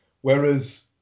Whereas